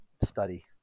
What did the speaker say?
study